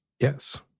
Yes